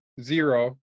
zero